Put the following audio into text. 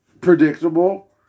predictable